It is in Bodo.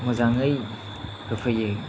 मोजाङै होफैयो